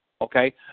okay